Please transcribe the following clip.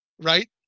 right